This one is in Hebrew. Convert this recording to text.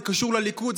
זה קשור לליכוד,